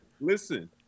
listen